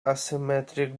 asymmetric